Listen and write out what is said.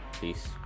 peace